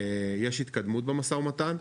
יש התקדמות במשא ומתן,